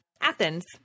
Athens